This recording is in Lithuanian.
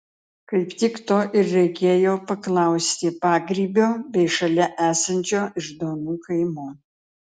kaip tik to ir reikėjo paklausti pagrybio bei šalia esančio iždonų kaimų